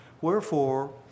Wherefore